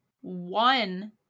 One